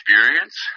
experience